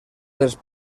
dels